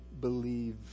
believe